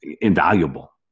invaluable